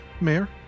Mayor